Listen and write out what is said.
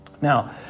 Now